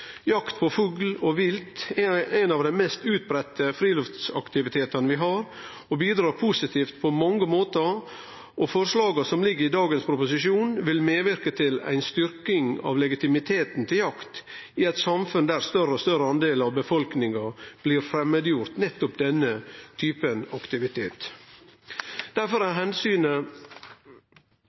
Jakt på fugl og vilt er ein av dei mest utbreidde friluftsaktivitetane vi har og bidreg positivt på mange måtar, og forslaga som ligg i dagens proposisjon vil medverke til ei styrking av legitimiteten til jakt i eit samfunn der større og større delar av befolkninga blir framandgjorde for nettopp denne typen aktivitet. Derfor er